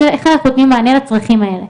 איך אנחנו נותנים מענה לצרכים האלה?